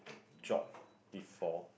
job before